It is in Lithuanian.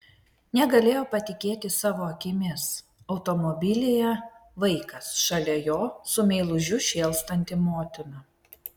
negalėjo patikėti savo akimis automobilyje vaikas šalia jo su meilužiu šėlstanti motina